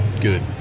good